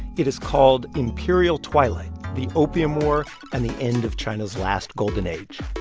it is called imperial twilight the opium war and the end of china's last golden age.